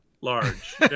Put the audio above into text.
Large